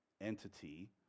entity